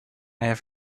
have